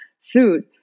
food